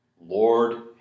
Lord